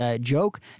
joke